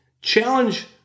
challenge